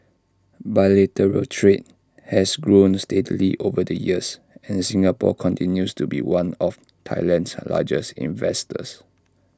bilateral trade has grown steadily over the years and Singapore continues to be one of Thailand's largest investors